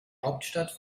hauptstadt